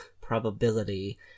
probability